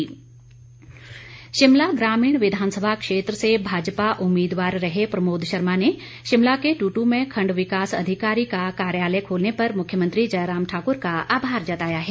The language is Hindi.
प्रमोद शिमला ग्रामीण विधानसभा क्षेत्र से भाजपा उम्मीदवार रहे प्रमोद शर्मा ने शिमला के ट्टू में खंड विकास अधिकारी का कार्यालय खोलने पर मुख्यमंत्री जयराम ठाकर का आभार जताया है